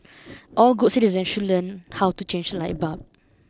all good citizens should learn how to change a light bulb